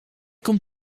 komt